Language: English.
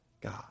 God